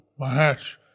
Mahesh